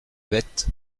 bête